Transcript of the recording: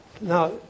Now